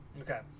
Okay